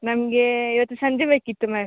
ನಮಗೆ ಇವತ್ತು ಸಂಜೆ ಬೇಕಿತ್ತು ಮ್ಯಾಮ್